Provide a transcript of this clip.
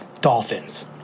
Dolphins